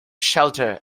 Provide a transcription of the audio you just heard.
shelter